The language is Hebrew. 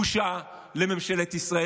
בושה לממשלת ישראל,